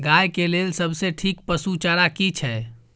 गाय के लेल सबसे ठीक पसु चारा की छै?